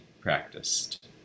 practiced